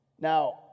Now